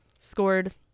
Scored